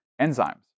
enzymes